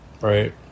Right